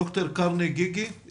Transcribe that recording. ל-1,000 ילדים זה לא